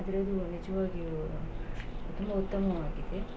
ಅದರಲ್ಲೂ ನಿಜವಾಗಿಯೂ ತುಂಬ ಉತ್ತಮವಾಗಿದೆ